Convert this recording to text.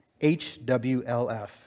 HWLF